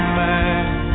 man